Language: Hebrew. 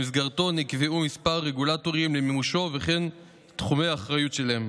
במסגרתו נקבעו כמה רגולטורים למימושו וכן תחומי האחריות שלהם.